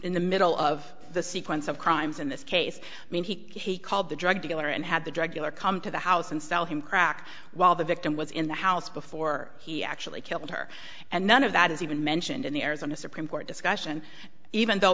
in the middle of the sequence of crimes in this case i mean he called the drug dealer and had the drug dealer come to the house and sell him crack while the victim was in the house before he actually killed her and none of that is even mentioned in the arizona supreme court discussion even